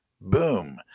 boom